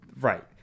right